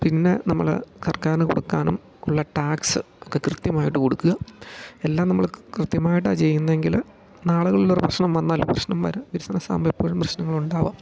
പിന്നെ നമ്മൾ സർക്കാര്ന് കൊടുക്കാനും ഉള്ള ടാക്സ് ഒക്കെ കൃത്യമായിട്ട് കൊടുക്കുക എല്ലാം നമ്മൾ കൃത്യമായിട്ടാണ് ചെയ്യുന്നത് എങ്കിൽ നാളെകളിലൊരു പ്രശ്നം വന്നാല് പ്രശ്നം വരാൻ ബിസിനസാവ്മ്പ എപ്പോഴും പ്രശ്നങ്ങളൊണ്ടാവാം